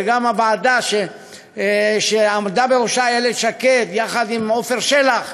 וגם של הוועדה שעמדה בראשה איילת שקד יחד עם עפר שלח,